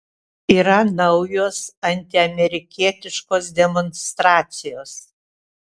yra naujos antiamerikietiškos demonstracijos